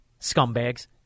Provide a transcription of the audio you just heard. Scumbags